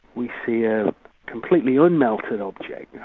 we see a completely unmelted object,